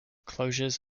closures